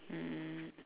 mm